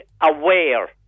aware